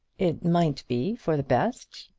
it might be for the best.